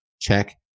check